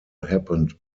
happened